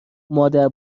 مادر